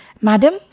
Madam